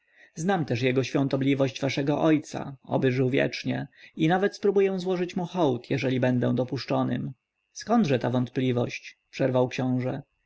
znam też jego świątobliwość waszego ojca oby żył wiecznie i nawet spróbuję złożyć mu hołd jeżeli będę dopuszczonym skądże ta wątpliwość przerwał książę